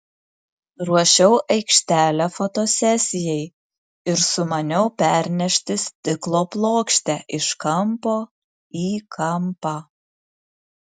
ruošiau aikštelę fotosesijai ir sumaniau pernešti stiklo plokštę iš kampo į kampą